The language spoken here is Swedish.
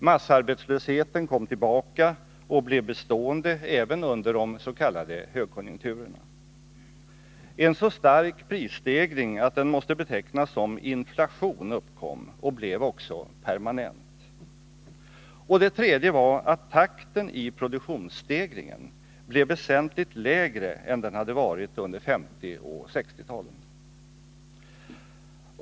Massarbetslösheten kom tillbaka och blev bestående även under de s.k. högkonjunkturerna. En så stark prisstegring att den måste betecknas som inflation uppkom och blev också permanent. Och det tredje var att takten i produktionsstegringen blev väsentligt lägre än den hade varit under 1950 och 1960-talen.